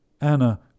Anna